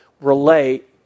relate